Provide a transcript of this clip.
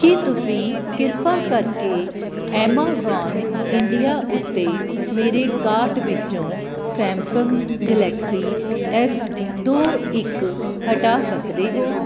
ਕੀ ਤੁਸੀਂ ਕਿਰਪਾ ਕਰਕੇ ਐਮਾਜ਼ੋਨ ਇੰਡੀਆ ਉੱਤੇ ਮੇਰੇ ਕਾਰਟ ਵਿੱਚੋਂ ਸੈਮਸੰਗ ਗਲੈਕਸੀ ਐਸ ਦੋ ਇੱਕ ਹਟਾ ਸਕਦੇ ਹੋ